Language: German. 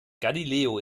galileo